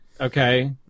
okay